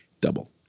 Double